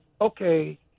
okay